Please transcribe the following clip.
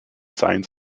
signs